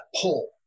pull